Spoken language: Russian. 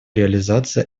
реализации